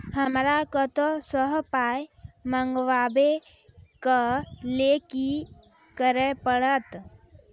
हमरा कतौ सअ पाय मंगावै कऽ लेल की करे पड़त?